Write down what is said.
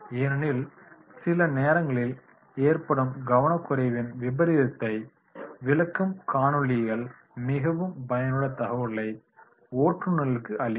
ஏனெனில் சில நேரங்களில் ஏற்படும் கவனங்குறைவின் விபரீதத்தை விளக்கும் காணொளிகள் மிகவும் பயனுள்ள தகவல்களை ஓட்டுநர்களுக்கு அளிக்கும்